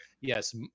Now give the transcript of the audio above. yes